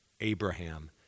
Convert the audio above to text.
Abraham